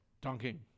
Donkey